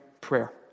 prayer